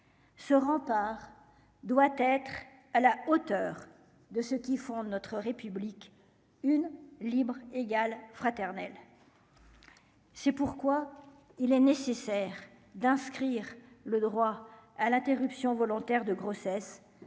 ce rempart doit être à la hauteur de ce qui fonde notre République une libre égal fraternel. C'est pourquoi il est nécessaire d'inscrire le droit à l'interruption volontaire de grossesse